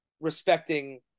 respecting